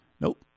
Nope